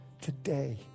today